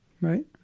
right